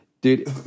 dude